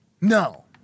No